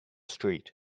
street